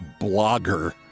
blogger